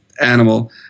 animal